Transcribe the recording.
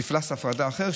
מפלס הפרדה אחר,